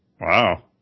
Wow